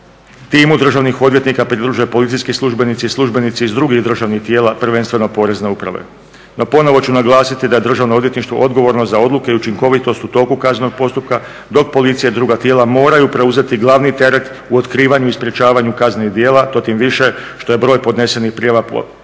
timu državnih odvjetnika pridružuju policijski službenici i službenici iz drugih državnih tijela, prvenstveno porezne uprave. Ponovno ću naglasiti da je Državno odvjetništvo odgovorno za odluke i učinkovitost u toku kaznenog postupka dok policija i druga tijela moraju preuzeti glavni teret u otkrivanju i sprječavanju kaznenih djela to tim više što je broj podnesenih prijava protiv